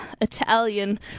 Italian